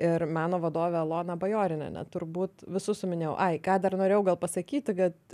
ir meno vadovė elona bajorinienė turbūt visus suminėjau ai ką dar norėjau gal pasakyti kad